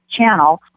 channel